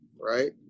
right